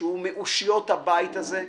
שהוא מאושיות הבית הזה,